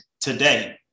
today